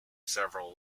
several